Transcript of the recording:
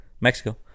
Mexico